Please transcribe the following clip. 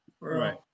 Right